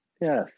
Yes